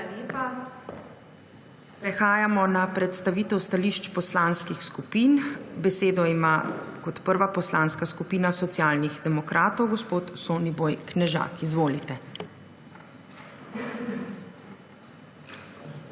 Hvala lepa. Prehajamo na predstavitev stališč poslanskih skupin. Besedo ima kot prva Poslanska skupina Socialnih demokratov, gospod Soniboj Knežak. Izvolite.